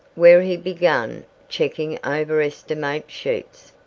where he began checking over estimate sheets.